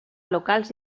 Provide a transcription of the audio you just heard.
locals